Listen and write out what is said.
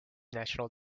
national